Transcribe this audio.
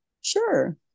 Sure